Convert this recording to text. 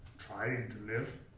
trying to live,